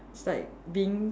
it's like being